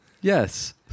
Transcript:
Yes